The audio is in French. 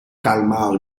calmar